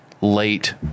late